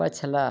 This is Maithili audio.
पछिला